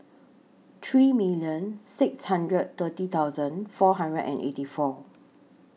three million six hundred thirty thousand four hundred and eighty four